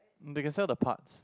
they can sell the parts